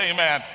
Amen